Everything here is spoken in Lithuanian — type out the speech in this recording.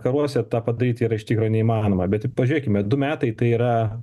karuose tą padaryti ir iš tikro neįmanoma bet pažiūrėkime du metai tai yra